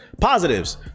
positives